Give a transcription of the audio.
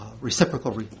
reciprocal